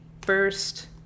First